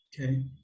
Okay